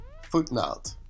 Footnote